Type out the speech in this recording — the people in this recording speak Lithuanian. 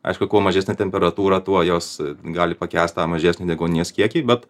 aišku kuo mažesnė temperatūra tuo jos gali pakęst tą mažesnį deguonies kiekį bet